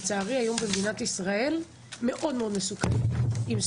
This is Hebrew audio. מאוד מסוכנת כאשר עולים על הכביש,